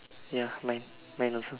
ya mine mine also